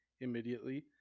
immediately